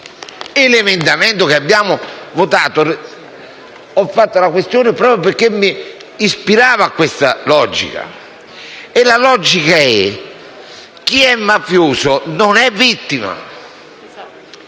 l'emendamento che abbiamo votato, ne ho fatto una questione proprio perché si ispirava a questa logica. La logica è: chi è mafioso non è vittima,